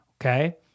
okay